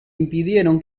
impidieron